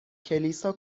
کلیسا